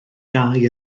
gau